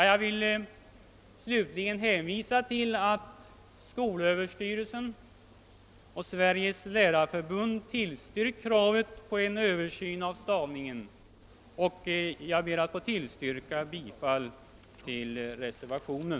Jag vill slutligen hänvisa till att skolöverstyrelsen och Sveriges Lärarförbund tillstyrkt kravet på en översyn av stavningen, och jag ber att få yrka bifall till reservationen.